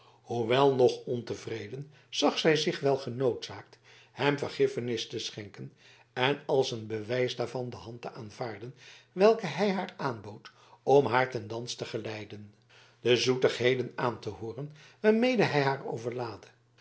hoewel nog ontevreden zag zij zich wel genoodzaakt hem vergiffenis te schenken en als een bewijs daarvan de hand te aanvaarden welke hij haar aanbood om haar ten dans te geleiden en de zoetigheden aan te hooren waarmede hij haar